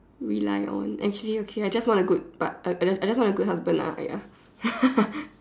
rely on actually okay I just want a good part~ I just I just want a good husband lah ah ya